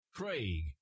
Craig